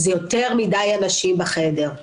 לצערי מסיבות שונות בכנסת ה-21,